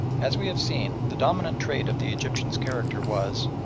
as we have seen, the dominant trait of the egyptians' character was,